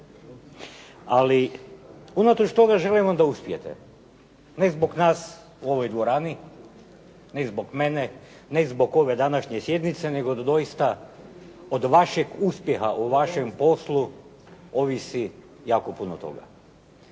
Ali unatoč toga želim vam da uspijete. Ne zbog nas u ovoj dvorani, ne zbog mene, ne zbog ove današnje sjednice nego da doista od vašeg uspjeha u vašem poslu ovisi jako puno toga.